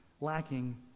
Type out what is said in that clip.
lacking